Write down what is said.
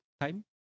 time